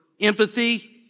empathy